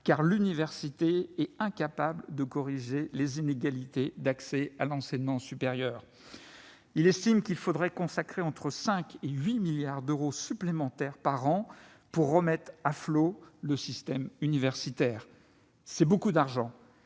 car l'université est incapable de corriger les inégalités d'accès à l'enseignement supérieur. Il estime qu'il faudrait consacrer entre 5 milliards et 8 milliards d'euros supplémentaires par an pour remettre à flot le système universitaire. C'est beaucoup d'argent,